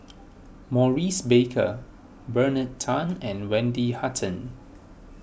Maurice Baker Bernard Tan and Wendy Hutton